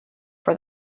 for